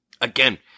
again